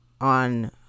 on